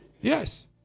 yes